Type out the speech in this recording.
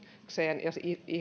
ja